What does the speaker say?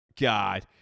God